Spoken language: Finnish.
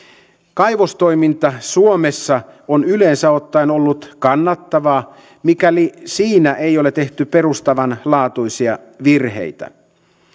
kaivostoiminta suomessa on yleensä ottaen ollut kannattavaa mikäli siinä ei ole tehty perustavanlaatuisia virheitä